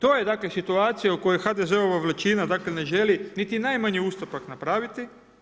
To je dakle situacija o kojoj HDZ-ova većina dakle, ne želi niti najmanji ustupak napraviti.